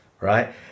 right